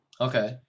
Okay